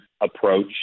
approach